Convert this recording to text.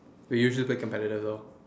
we usually play competitive though